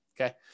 Okay